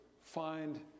find